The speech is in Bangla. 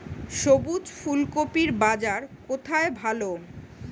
সবুজ ফুলকপির বাজার কোথায় ভালো?